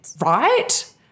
Right